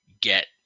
get